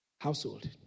household